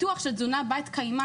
ופיתוח של תזונה בת-קיימא,